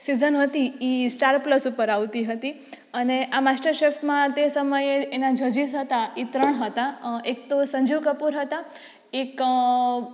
season હતી એ Star Plus ઉપર આવતી હતી અને આ માસ્ટર શેફમાં તે સમયે એના જજીસ હતા એ ત્રણ હતા એક તો સંજીવ કપૂર હતા એક